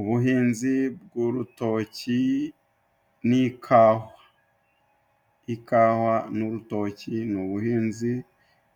Ubuhinzi bw'urutoki n'ikawa, ikawa n'urutoki ni ubuhinzi